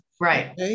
Right